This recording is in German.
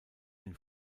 den